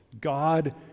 God